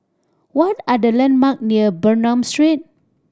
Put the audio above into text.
what are the landmark near Bernam Street